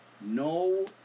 no